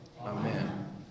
Amen